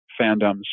fandoms